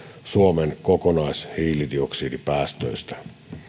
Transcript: suomen kokonaishiilidioksidipäästöistä